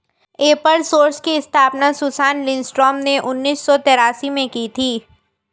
एपर सोर्स की स्थापना सुसान लिंडस्ट्रॉम ने उन्नीस सौ तेरासी में की थी